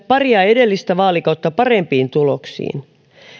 paria edellistä vaalikautta parempiin tuloksiin